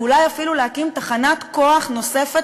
ואולי אפילו להקים תחנת כוח נוספת,